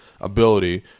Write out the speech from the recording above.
ability